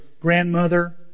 grandmother